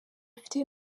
ufite